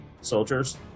soldiers